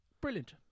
Brilliant